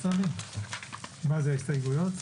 הסתייגויות?